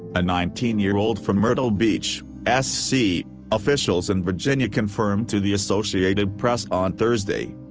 a nineteen year old from myrtle beach, s c, officials in virginia confirmed to the associated press on thursday.